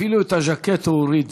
אפילו את הז'קט הוא הוריד